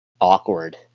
Awkward